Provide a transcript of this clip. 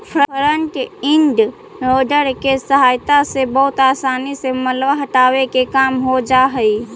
front end loader के सहायता से बहुत असानी से मलबा हटावे के काम हो जा हई